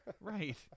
right